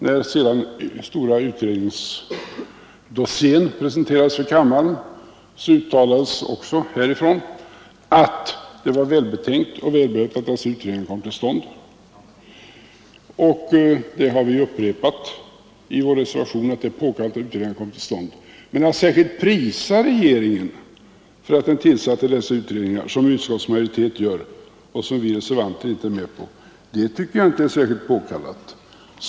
När sedan den stora utredningsdossieren presenterades kammarens ledamöter uttalades härifrån att det var välbetänkt och välbehövligt att utredningarna hade kommit till stånd, och detta upprepade vi också i vår reservation. Men att som utskottsmajoriteten gör — det vill vi reservanter inte vara med om -— särskilt prisa regeringen för att den tillsatte dessa utredningar, tycker jag inte är påkallat.